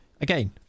again